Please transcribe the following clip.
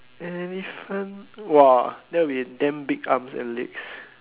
elephant !wah! that will be damn big arms and legs